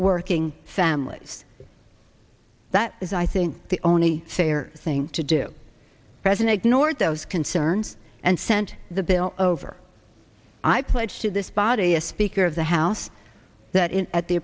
working families that is i think the only fair thing to do resonate nord those concerns and sent the bill over i pledged to this body a speaker of the house that is at the